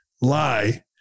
lie